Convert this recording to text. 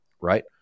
right